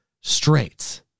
straight